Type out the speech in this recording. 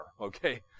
Okay